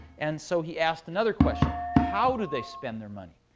and so he asked another question. how did they spend their money?